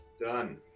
Done